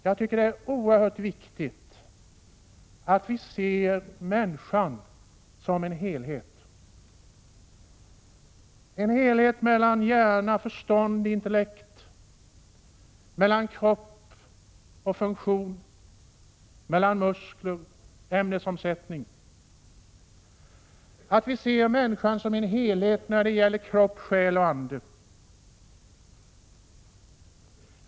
Jag tycker att det är oerhört viktigt att vi ser människan som en helhet, en helhet mellan hjärna, förstånd, intellekt — mellan kropp och funktion, mellan muskler, ämnesomsättning. Det är oerhört viktigt att vi ser människan som en helhet när det gäller kropp, själ och ande.